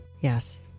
Yes